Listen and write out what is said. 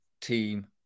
team